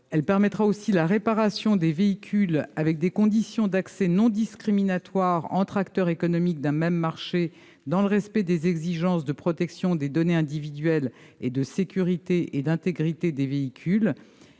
Elle permettra aussi la réparation des véhicules avec des conditions d'accès non discriminatoires entre acteurs économiques d'un même marché, dans le respect des exigences de protection des données individuelles et de sécurité et d'intégrité des véhicules.